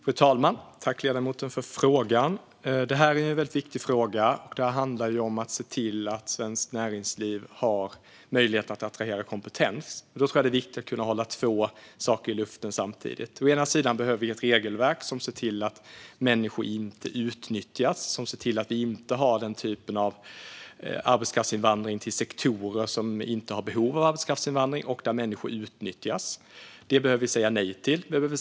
Fru talman! Tack, ledamoten, för frågan! Det här är en väldigt viktig fråga. Det handlar om att se till att svenskt näringsliv har möjlighet att attrahera kompetens. Jag tror att det är viktigt att hålla två saker i luften samtidigt. Å ena sidan behöver vi ett regelverk som ser till att människor inte utnyttjas och som ser till att vi inte har den typen av arbetskraftsinvandring till sektorer som inte har behov av arbetskraftsinvandring och där människor utnyttjas. Det behöver vi säga nej till.